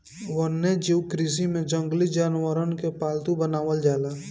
वन्यजीव कृषि में जंगली जानवरन के पालतू बनावल जाला